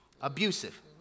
Abusive